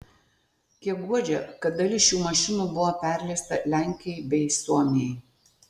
kiek guodžia kad dalis šių mašinų buvo perleista lenkijai bei suomijai